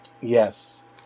Yes